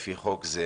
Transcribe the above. לפי חוק זה